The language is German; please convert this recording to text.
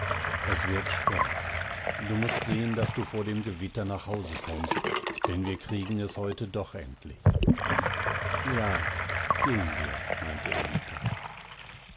es wird spät du muß sehn daß du vor dem gewitter nach hause kommst denn wir kriegen es heute doch endlich ja gehen wir meinte ellita